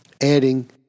adding